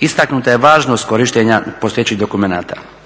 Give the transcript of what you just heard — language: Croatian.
istaknuta je važnost korištenja postojećih dokumenata